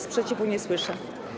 Sprzeciwu nie słyszę.